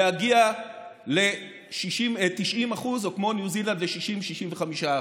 להגיע ל-90%, או כמו ניו זילנד, ל-60% 65%,